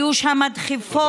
היו שם דחיפות,